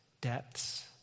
depths